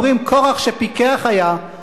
אומרים: קורח שפיקח היה,